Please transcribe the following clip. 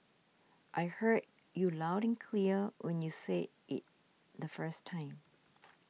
I heard you loud and clear when you said it the first time